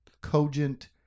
cogent